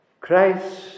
Christ